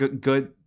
good